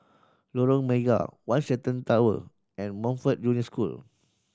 Lorong Mega One Shenton Tower and Montfort Junior School